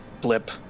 blip